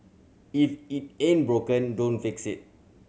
if it ain't broken don't fix it